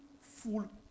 Full